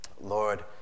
Lord